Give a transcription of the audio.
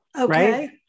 Okay